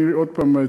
עוד פעם,